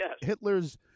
Hitler's